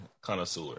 connoisseur